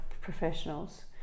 professionals